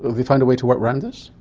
they found a way to work round this?